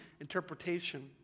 interpretation